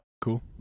Cool